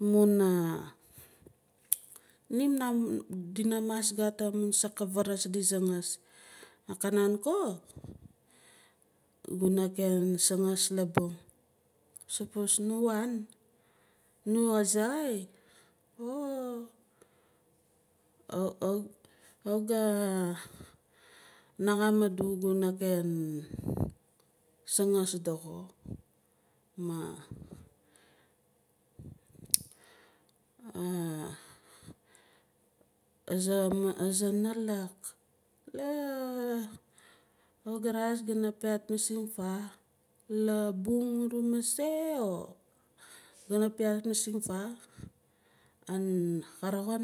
Amuk dina mas gat amun saak di sangaas nakaran ko guna ken sangaas labung sapos nu wan nu azaxai oh kawit ga ngaxam adu guna ken sangaas dox mah aza aza nalak la kawit ga reas gana piaat masing faah labung uru mase oh gana piaat masing faa ka roxin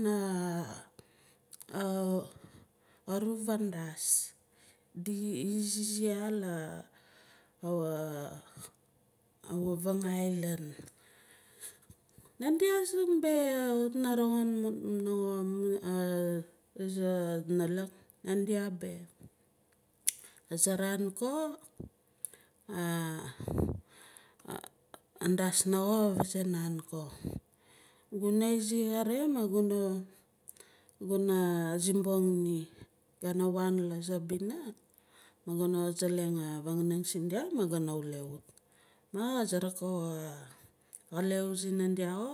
uru fandas izi ya la avang island. nandia zingbe kawit aza nalak nandra beh azaran ko dasna ko ka vase naan ko guna izi kare ma guna guna simbong ni gana waan laaza bina ma gana zelang a vanganing sindia ma gana wule wut maa ka sarak a axaleu si nandia xo